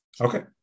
Okay